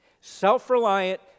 Self-reliant